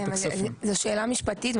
זו שאלה משפטית,